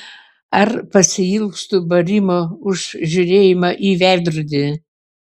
ar pasiilgstu barimo už žiūrėjimą į veidrodį